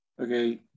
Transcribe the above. Okay